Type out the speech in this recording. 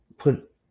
put